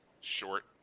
Short